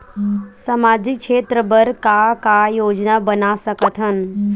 सामाजिक क्षेत्र बर का का योजना बना सकत हन?